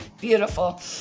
beautiful